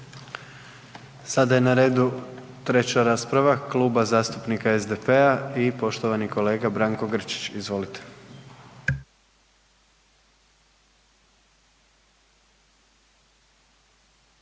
Sada je na redu treća rasprava Kluba zastupnika SDP-a i poštovani kolega Branko Grčić. Izvolite.